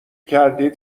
کردید